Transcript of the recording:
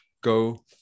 go